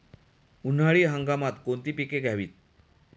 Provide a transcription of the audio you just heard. उन्हाळी हंगामात कोणती पिके घ्यावीत?